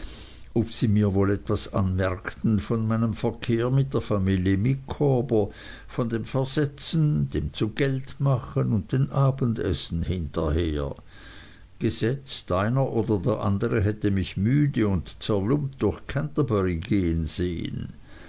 ob sie mir wohl etwas anmerkten von mei nem verkehr mit der familie micawber von dem versetzen dem zugeldmachen und den abendessen hinterher gesetzt einer oder der andere hätte mich müde und zerlumpt durch canterbury gehen sehen